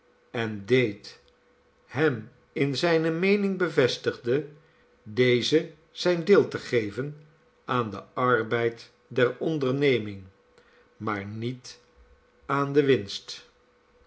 en deed hem in zijne meening bevestigde dezen zijn deel te geven aan den arbeid der onderneming maar niet aan de winst